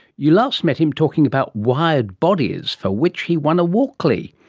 you last met him talking about wired bodies, for which he won a walkley.